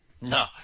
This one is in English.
No